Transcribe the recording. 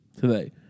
today